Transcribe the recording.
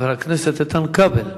חבר הכנסת איתן כבל.